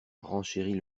renchérit